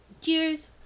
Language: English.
Cheers